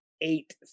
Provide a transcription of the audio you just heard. eight